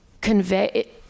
convey